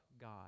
God